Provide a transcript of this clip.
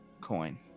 coin